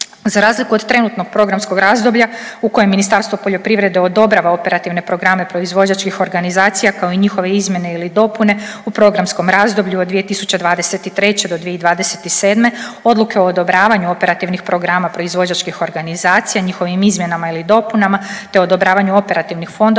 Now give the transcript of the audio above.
Za razliku od trenutnog programskog razdoblja u kojem Ministarstvo poljoprivrede odobrava operativne programe proizvođačkim organizacija kao i njihove izmjene ili dopune u programskom razdoblju od 2023. do 2027. odluke o odobravanju operativnih programa proizvođačkih organizacija i njihovim izmjenama ili dopunama, te odobravanju operativnih fondova